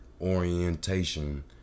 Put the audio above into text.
orientation